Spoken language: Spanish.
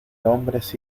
hombres